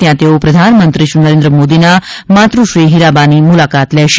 ત્યાં તેઓ પ્રધાનમંત્રી શ્રી નરેન્દ્ર મોદીના માતૃશ્રી હીરાબાની સાથે મુલાકાત કરશે